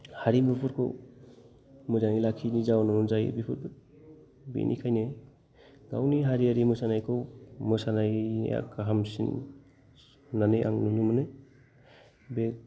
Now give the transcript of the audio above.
हारिमुफोरखौ मोजाङै लाखियैनि जाउनावनो जायो बेफोर बेनिखायनो गावनि हारियारि मोसानायखौ मोसानाया गाहामसिन होन्नानै आं नुनो मोनो बे